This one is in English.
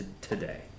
today